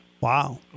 Wow